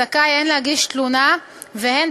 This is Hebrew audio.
זכאי הן להגיש תלונה והן,